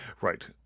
Right